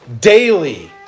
Daily